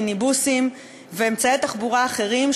מיניבוסים ואמצעי תחבורה אחרים,